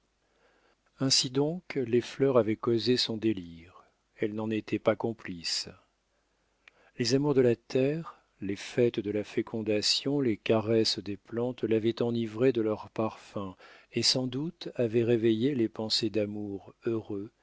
ainsi donc les fleurs avaient causé son délire elle n'en était pas complice les amours de la terre les fêtes de la fécondation les caresses des plantes l'avaient enivrée de leurs parfums et sans doute avaient réveillé les pensées d'amour heureux